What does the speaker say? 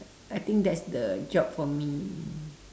I think that's the job for me